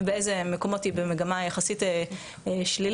ובאילו מקומות היא במגמה יחסית שלילית.